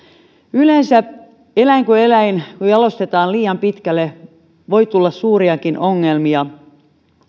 yleensä kun eläin kuin eläin jalostetaan liian pitkälle voi tulla suuriakin ongelmia